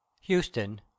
Houston